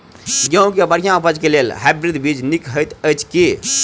गेंहूँ केँ बढ़िया उपज केँ लेल हाइब्रिड बीज नीक हएत अछि की?